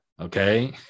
Okay